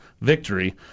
victory